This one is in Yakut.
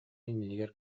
иннигэр